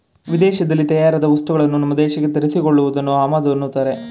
ವಿದೇಶದಲ್ಲಿ ತಯಾರಾದ ವಸ್ತುಗಳನ್ನು ನಮ್ಮ ದೇಶಕ್ಕೆ ತರಿಸಿ ಕೊಳ್ಳುವುದನ್ನು ಆಮದು ಅನ್ನತ್ತಾರೆ